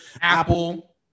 Apple